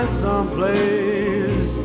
someplace